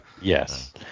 Yes